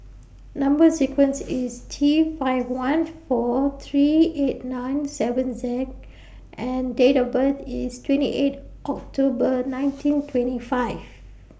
Number sequence IS T five one four three eight nine seven Z and Date of birth IS twenty eight October nineteen twenty five